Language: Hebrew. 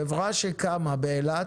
חברה שקמה באילת,